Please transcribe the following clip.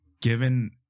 given